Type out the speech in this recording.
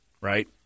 right